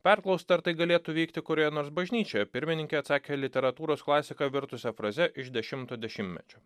perklausta ar tai galėtų vykti kurioje nors bažnyčioje pirmininkė atsakė literatūros klasika virtusią frazę iš dešimto dešimtmečio